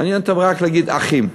מעניין אותם רק להגיד "אחים".